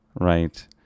right